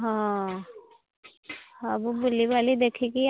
ହଁ ସବୁ ବୁଲିବାଲି ଦେଖିକି